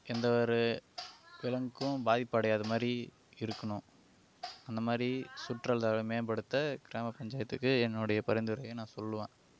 எந்தவொரு விலங்கும் பாதிப்படையாத மாதிரி இருக்கணும் அந்த மாதிரி சுற்றுலாவை மேம்படுத்த கிராம பஞ்சாயத்துக்கு என்னுடைய பரிந்துரையை நான் சொல்லுவேன்